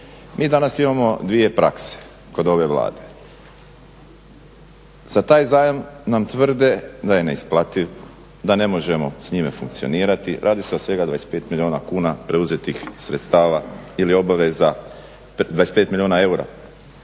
Mi danas imamo dvije prakse kod ove Vlade. Za taj zajam nam tvrde da je neisplativ, da ne možemo s njime funkcionirati, radi se o svega 25 milijuna kuna preuzetih sredstava ili obaveza, 25 milijuna eura